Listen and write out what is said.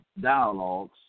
dialogues